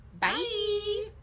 Bye